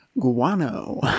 guano